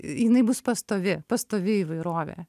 jinai bus pastovi pastovi įvairovė